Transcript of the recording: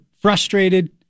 frustrated